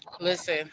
listen